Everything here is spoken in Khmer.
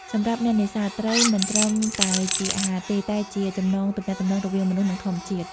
សម្រាប់អ្នកនេសាទ ត្រីមិនត្រឹមតែជាអាហារទេ តែជា ចំណងទំនាក់ទំនង រវាងមនុស្ស និងធម្មជាតិ។